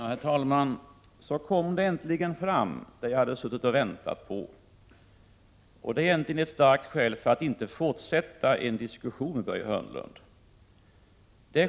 Herr talman! Så kom det äntligen fram, det som jag hade suttit och väntat på. Det är egentligen ett starkt skäl till att inte fortsätta diskussionen, Börje Hörnlund.